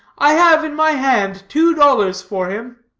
i have in my hand two dollars for him.